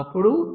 అప్పుడు f 0